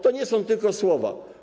To nie są tylko słowa.